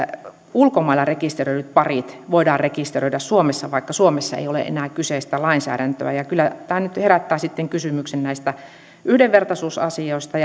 ulkomailla rekisteröidyt parit voidaan rekisteröidä suomessa vaikka suomessa ei ole enää kyseistä lainsäädäntöä kyllä tämä nyt nyt herättää kysymyksen näistä yhdenvertaisuusasioista